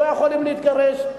לא יכולים להתגרש,